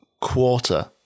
quarter